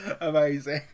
amazing